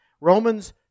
Romans